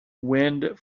wind